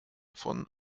von